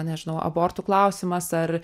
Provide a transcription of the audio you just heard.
nežinau abortų klausimas ar